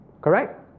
Correct